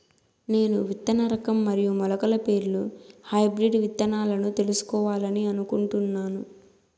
నేను విత్తన రకం మరియు మొలకల పేర్లు హైబ్రిడ్ విత్తనాలను తెలుసుకోవాలని అనుకుంటున్నాను?